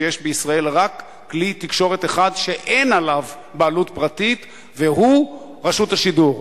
שיש בישראל רק כלי תקשורת אחד שאין עליו בעלות פרטית והוא רשות השידור.